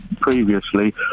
previously